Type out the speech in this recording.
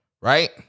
Right